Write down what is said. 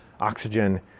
oxygen